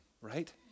right